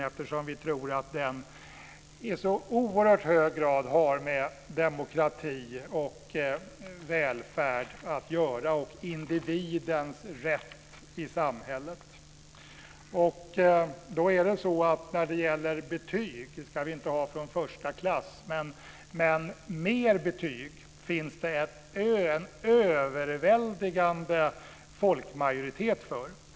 Vi tror nämligen att den i så oerhört hög grad har med demokrati, välfärd och individens rätt i samhället att göra. Vi ska inte ha betyg från första klass. Men det finns en överväldigande folkmajoritet för mer betyg.